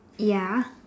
ya